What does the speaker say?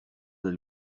del